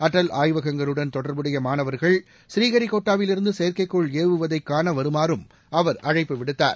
அடல் ஆய்வகங்களுடன் தொடர்புடைய மாணவர்கள் ஸ்ரீஹரிகோட்டாவிலிருந்து செயற்கைக்கோள் ஏவுவதைக் காண வருமாறும் அவர் அழைப்பு விடுத்தார்